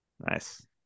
Nice